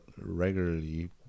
regularly